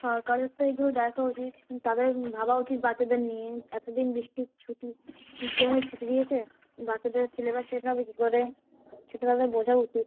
সরকারের তো এগুলো দেখা উচিত তাদের ভাবা উচিত বাচ্চাদের নিয়ে এত দিন বৃষ্টির ছুটি যে হারে ছুটি দিয়েছে বাচ্চাদের সিলেবাস শেষ হবে কি করে সেটা তাদের বোঝা উচিত